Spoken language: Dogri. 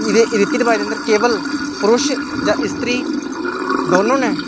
रिती रवाज च केवल पुरश जां स्त्री दौनो न